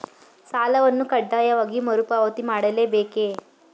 ಸಾಲವನ್ನು ಕಡ್ಡಾಯವಾಗಿ ಮರುಪಾವತಿ ಮಾಡಲೇ ಬೇಕೇ?